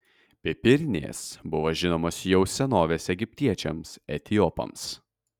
pipirnės buvo žinomos jau senovės egiptiečiams etiopams